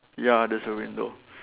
ya there's a window